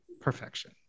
perfection